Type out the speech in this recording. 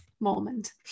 moment